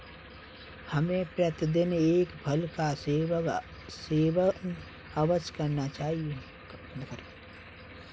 हमें प्रतिदिन एक फल का सेवन अवश्य करना चाहिए